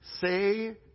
Say